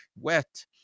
wet